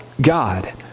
God